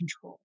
control